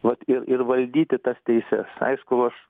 vat ir ir valdyti tas teises aišku aš